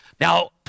Now